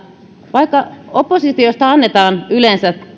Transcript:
vaikka oppositiosta annetaan yleensä